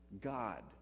God